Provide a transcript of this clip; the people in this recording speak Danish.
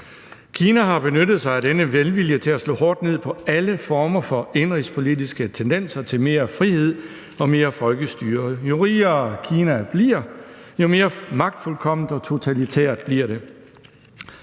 Kina har benyttet sig af denne velvilje til at slå hårdt ned på alle former for indenrigspolitiske tendenser til mere frihed og mere folkestyre. Jo rigere Kina bliver, jo mere magtfuldkomment og totalitært bliver det.